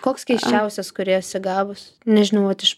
koks keisčiausias kurį esi gavus nežinau vat iš